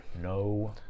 No